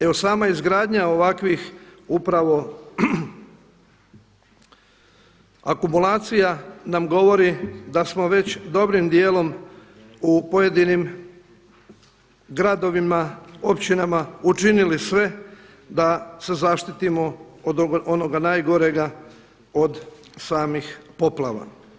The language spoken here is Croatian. Evo sama izgradnja ovakvih upravo akumulacija nam govori da smo već dobrim dijelom u pojedinim gradovima, općinama učinili sve da se zaštitimo od onoga najgorega, od samih poplava.